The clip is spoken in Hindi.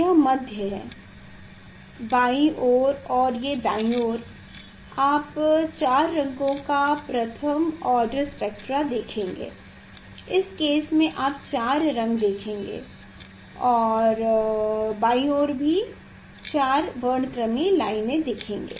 यह मध्य है बाईं ओर और ये दाई ओर आप चार रंगों का प्रथम ऑर्डर स्पेक्ट्रा देखेंगे इस केस में आप चार रंग देखेंगे और बाईं ओर भी आप चार वर्णक्रमीय लाइनें देखेंगे